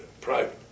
private